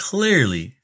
Clearly